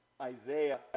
Isaiah